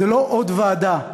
זו לא עוד ועדה,